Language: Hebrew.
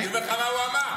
אני אומר לך מה הוא אמר.